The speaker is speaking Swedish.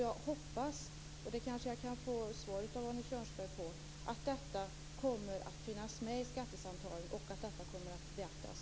Jag hoppas - och det kanske jag kan få ett svar på av Arne Kjörnsberg - att det kommer att finnas med i skattesamtalen och att det kommer att beaktas.